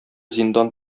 зиндан